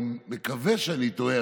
אני מקווה שאני טועה,